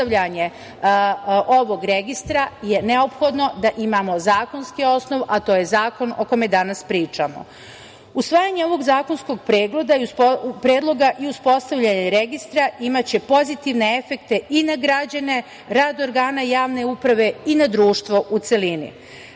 uspostavljanje ovog registra je neophodno da imamo zakonski osnov, a to je zakon o kome danas pričamo. Usvajanje ovog zakonskog predloga i uspostavljanje registra imaće pozitivne efekte i na građane, rad organa javne uprave i na društvo u celini.Za